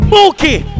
Mookie